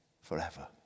forever